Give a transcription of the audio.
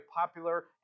popular